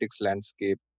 landscape